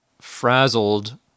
frazzled